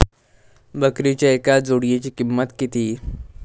बकरीच्या एका जोडयेची किंमत किती?